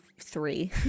three